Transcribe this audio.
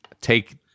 take